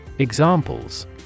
Examples